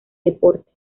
deporte